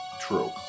true